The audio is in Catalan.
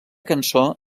cançó